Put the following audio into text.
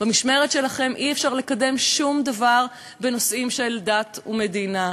במשמרת שלכם אי-אפשר לקדם שום דבר בנושאים של דת ומדינה.